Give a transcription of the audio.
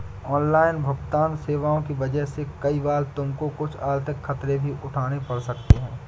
online भुगतन्न सेवाओं की वजह से कई बार तुमको कुछ आर्थिक खतरे भी उठाने पड़ सकते हैं